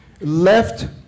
left